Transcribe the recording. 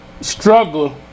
struggle